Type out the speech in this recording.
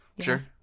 Sure